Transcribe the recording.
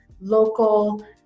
local